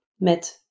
met